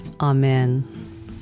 Amen